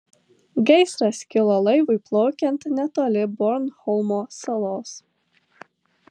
gaisras kilo laivui plaukiant netoli bornholmo salos